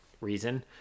reason